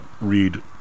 Read